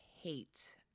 hate